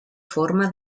forma